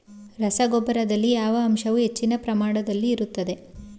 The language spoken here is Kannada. ರಸಗೊಬ್ಬರದಲ್ಲಿ ಯಾವ ಅಂಶವು ಹೆಚ್ಚಿನ ಪ್ರಮಾಣದಲ್ಲಿ ಇರುತ್ತದೆ?